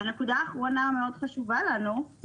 והנקודה האחרונה המאוד-חשובה לנו,